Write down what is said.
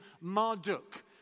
Marduk